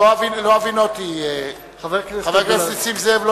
לא הבינותי, חבר הכנסת נסים זאב.